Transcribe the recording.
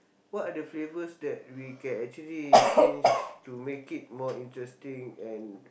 what are the flavours that we can actually change to make it more interesting and